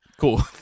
cool